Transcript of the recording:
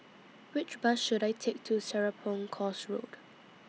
Which Bus should I Take to Serapong Course Road